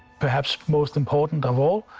perhaps most important of all,